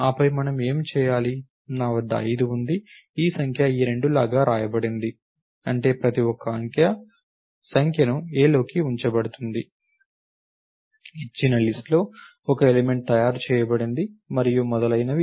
ఆపై మనం ఏమి చేయాలి నా వద్ద 5 ఉంది ఈ సంఖ్య ఈ 2 లాగా వ్రాయబడింది అంటే ప్రతి ఒక్క అంకె సంఖ్యను a లోకి ఉంచబడుతుంది ఇచ్చిన లిస్ట్ లో ఒక ఎలిమెంట్ తయారు చేయబడింది మరియు మొదలైనవి